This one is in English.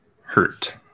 hurt